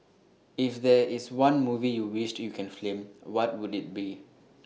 if there is one movie you wished you can film what would IT be